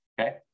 Okay